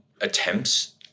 attempts